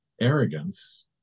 arrogance